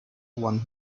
won